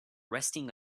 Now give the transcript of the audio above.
resting